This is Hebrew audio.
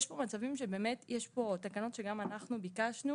יש פה מצבים שבאמת יש פה תקנות שגם אנחנו ביקשנו,